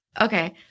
okay